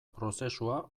prozesua